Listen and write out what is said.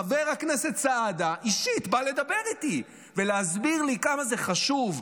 חבר הכנסת סעדה אישית בא לדבר איתי ולהסביר לי כמה זה חשוב,